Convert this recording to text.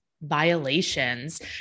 violations